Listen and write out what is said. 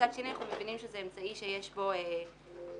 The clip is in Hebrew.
מצד שני אנחנו מבינים שזה אמצעי שיש בו גם סיכון.